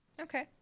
Okay